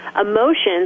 emotions